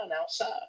outside